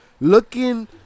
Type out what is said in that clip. Looking